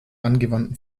angewandten